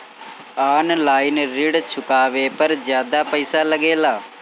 आन line ऋण चुकावे पर ज्यादा पईसा लगेला?